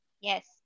Yes